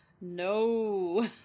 No